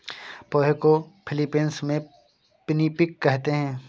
पोहे को फ़िलीपीन्स में पिनीपिग कहते हैं